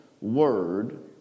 word